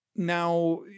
Now